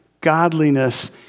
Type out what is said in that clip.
godliness